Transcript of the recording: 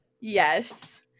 Yes